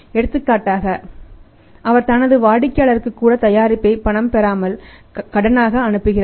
எடுத்துக்காட்டாக அவர் தனது வாடிக்கையாளருக்கு கூட தயாரிப்பை பணம் பெறாமல் கடனாக அனுப்புகிறார்